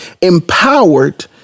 empowered